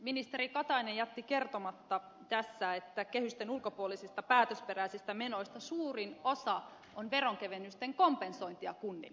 ministeri katainen jätti kertomatta tässä että kehysten ulkopuolisista päätösperäisistä menoista suurin osa on veronkevennysten kompensointia kunnille